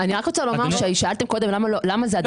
אני רק רוצה לומר ששאלתם קודם למה זה עדיין חוקי.